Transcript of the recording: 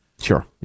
Sure